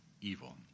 evil